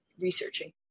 researching